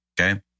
Okay